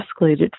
escalated